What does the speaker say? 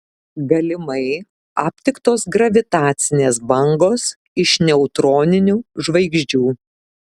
galimai aptiktos gravitacinės bangos iš neutroninių žvaigždžių